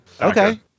Okay